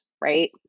right